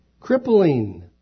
Crippling